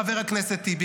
חבר הכנסת טיבי,